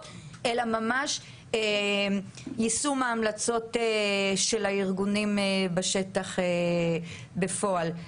אלא ממש יישום ההמלצות של הארגונים בשטח בפועל,